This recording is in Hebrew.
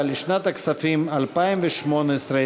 אבל לשנת הכספים 2018,